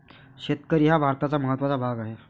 शेतकरी हा भारताचा महत्त्वाचा भाग आहे